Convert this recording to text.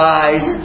eyes